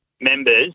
members